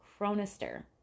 Cronister